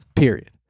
period